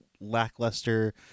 lackluster